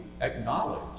acknowledge